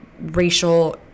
racial